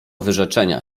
wyrzeczenia